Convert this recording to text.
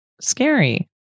scary